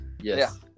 yes